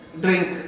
drink